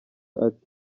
ati